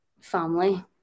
family